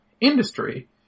industry